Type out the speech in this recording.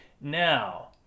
Now